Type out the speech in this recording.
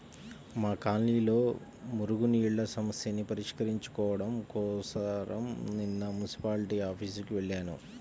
మా కాలనీలో మురుగునీళ్ళ సమస్యని పరిష్కరించుకోడం కోసరం నిన్న మున్సిపాల్టీ ఆఫీసుకి వెళ్లాను